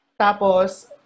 tapos